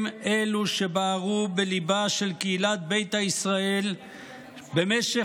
הם אלו שבערו בליבה של קהילת ביתא ישראל במשך